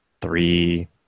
three